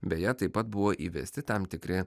beje taip pat buvo įvesti tam tikri